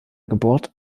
geburt